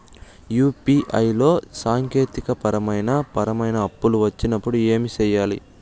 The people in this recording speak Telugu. యు.పి.ఐ లో సాంకేతికపరమైన పరమైన తప్పులు వచ్చినప్పుడు ఏమి సేయాలి